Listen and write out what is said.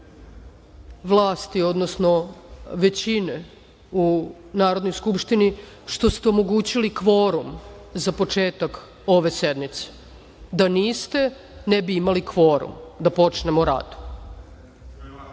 vlasti, odnosno većine u Narodnoj skupštini što ste omogućili kvorum za početak ove sednice. Da niste, ne bi imali kvorum da počnemo rad.